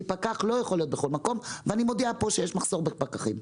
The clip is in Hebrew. הפקח לא יכול להיות בכל מקום ואני מודיעה כאן שיש מחסור בפקחים.